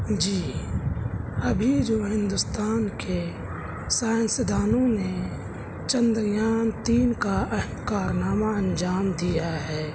جی ابھی جو ہندوستان کے سائنسدانوں نے چندریان تین کا اہم کارنامہ انجام دیا ہے